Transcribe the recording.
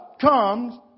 comes